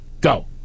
Go